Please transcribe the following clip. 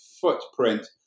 Footprint